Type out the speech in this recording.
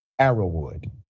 Arrowwood